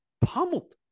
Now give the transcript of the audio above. pummeled